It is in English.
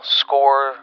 score